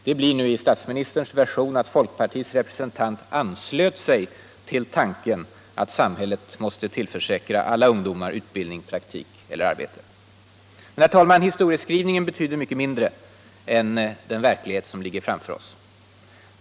Det blir nu i statsministerns version att folkpartiets representant ”anslöt sig” till tanken att ”samhället måste tillförsäkra alla ungdomar utbildning, praktik eller arbete”! Men historieskrivningen betyder mycket mindre än den verklighet som ligger framför oss.